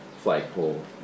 flagpole